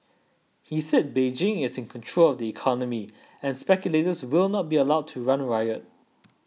he said Beijing is in control of the economy and speculators will not be allowed to run riot